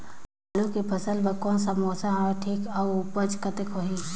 आलू के फसल बर कोन सा मौसम हवे ठीक हे अउर ऊपज कतेक होही?